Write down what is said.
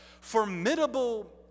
formidable